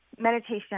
Meditation